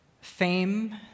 fame